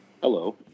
Hello